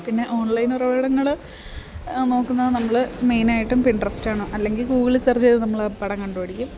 പിന്നെ ഓൺലൈൻ ഉറവിടങ്ങൾ നോക്കുന്നത് നമ്മൾ മേയിനായിട്ടും പിൻട്രസ്റ്റാണ് അല്ലെങ്കിൽ ഗൂഗിളിൽ സേർച്ച് ചെയ്തു നമ്മൾ ആ പടം കണ്ടുപിടിക്കും